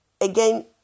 again